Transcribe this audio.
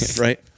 Right